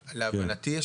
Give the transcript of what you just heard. להבנתי,